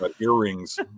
earrings